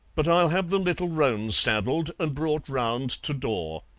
but i'll have the little roan saddled and brought round to door.